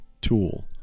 tool